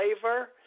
flavor